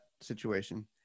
situation